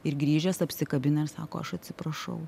ir grįžęs apsikabina ir sako aš atsiprašau